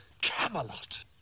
Camelot